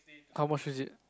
how much is it